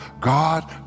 God